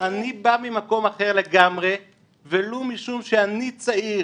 אני בא ממקום אחר לגמרי ולו משום שאני צעיר.